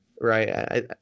right